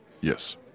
yes